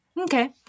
Okay